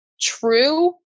true